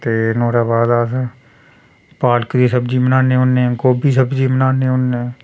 ते नुहाड़े बाद अस पालक दी सब्जी बनाने होन्ने गोभी दी सब्जी बनाने होन्ने